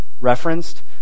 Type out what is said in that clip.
referenced